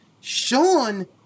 Sean